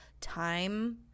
time